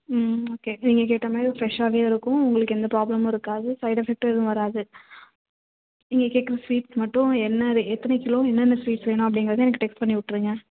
ம் ஓகே நீங்கள் கேட்ட மாதிரியே ஃப்ரெஷாகவே இருக்கும் உங்களுக்கு எந்த ப்ராப்ளமும் இருக்காது சைடு எஃபெக்ட்டும் எதுவும் வராது நீங்கள் கேட்குற ஸ்வீட் மட்டும் என்ன அது எத்தனை கிலோ என்னன்ன ஸ்வீட் வேணும் அப்படிகிறதை எனக்கு டெக்ஸ்ட் பண்ணி விட்டுருங்க